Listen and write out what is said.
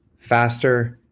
faster,